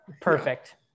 Perfect